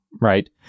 right